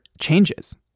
changes